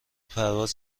پرواز